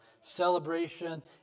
Celebration